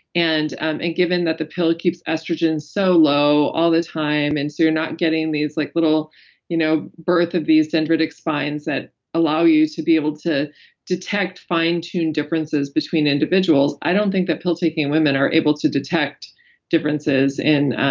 and and given that the pill keeps estrogen so low all the time and so you're not getting these like you know birth of these dendritic spines that allow you to be able to detect fine tune differences between individuals, i don't think that pill taking women are able to detect differences in